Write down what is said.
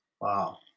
Wow